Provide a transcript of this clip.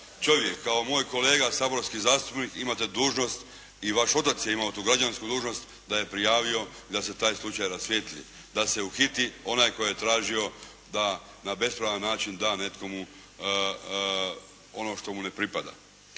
čovjek, kao moj kolega saborski zastupnik imate dužnost i vaš otac je imao tu građansku dužnost da je prijavio da se taj slučaj rasvijetli, da se uhiti onaj tko je tražio da na bespravan način da nekome ono što mu ne pripada.